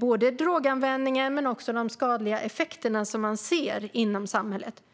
både droganvändningen och de skadliga effekter som man ser i samhället.